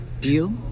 Deal